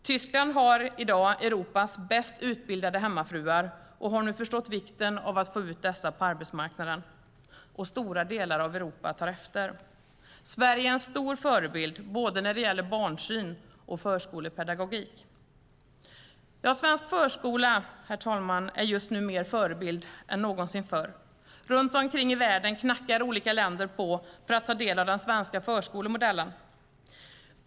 Tyskland har i dag Europas bäst utbildade hemmafruar och har nu förstått vikten av att få ut dessa på arbetsmarknaden, och stora delar av Europa tar efter. Sverige är en stor förebild när det gäller både barnsyn och förskolepedagogik. Svensk förskola är just nu mer förebild än någonsin förr. Runt omkring i världen knackar olika länder på för att ta del av den svenska förskolemodellen.